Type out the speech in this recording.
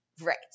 Right